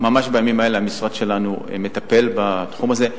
ממש בימים אלה המשרד שלנו מטפל בתחום הזה,